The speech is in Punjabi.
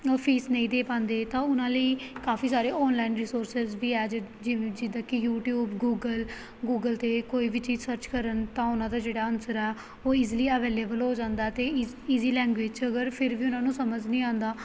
ਉਹ ਫੀਸ ਨਹੀਂ ਦੇ ਪਾਉਂਦੇ ਤਾਂ ਉਹਨਾਂ ਲਈ ਕਾਫੀ ਸਾਰੇ ਔਨਲਾਈਨ ਰਿਸੋਰਸਿਜ ਵੀ ਹੈ ਜਿਵੇਂ ਜਿੱਦਾਂ ਕਿ ਯੂਟੀਊਬ ਗੂਗਲ ਗੂਗਲ 'ਤੇ ਕੋਈ ਵੀ ਚੀਜ਼ ਸਰਚ ਕਰਨ ਤਾਂ ਉਹਨਾਂ ਦਾ ਜਿਹੜਾ ਆਂਸਰ ਹੈ ਉਹ ਈਜ਼ਲੀ ਅਵੇਲੇਬਲ ਹੋ ਜਾਂਦਾ ਅਤੇ ਈਜ਼ ਈਜ਼ੀ ਲੈਂਗੁਏਜ 'ਚ ਅਗਰ ਫਿਰ ਵੀ ਉਹਨਾਂ ਨੂੰ ਸਮਝ ਨਹੀਂ ਆਉਂਦਾ